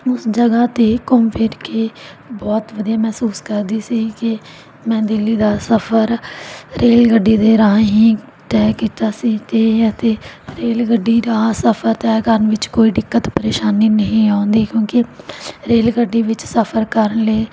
ਉਸ ਜਗ੍ਹਾ 'ਤੇ ਘੁੰਮ ਫਿਰ ਕੇ ਬਹੁਤ ਵਧੀਆ ਮਹਿਸੂਸ ਕਰਦੀ ਸੀ ਕਿ ਮੈਂ ਦਿੱਲੀ ਦਾ ਸਫ਼ਰ ਰੇਲਗੱਡੀ ਦੇ ਰਾਹੀਂ ਤੈਅ ਕੀਤਾ ਸੀ ਅਤੇ ਤਾਂ ਰੇਲਗੱਡੀ ਦਾ ਸਫ਼ਰ ਤੈਅ ਕਰਨ ਵਿੱਚ ਕੋਈ ਦਿੱਕਤ ਪ੍ਰੇਸ਼ਾਨੀ ਨਹੀਂ ਆਉਂਦੀ ਕਿਉਂਕਿ ਰੇਲਗੱਡੀ ਵਿੱਚ ਸਫ਼ਰ ਕਰਨ ਲਈ